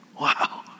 wow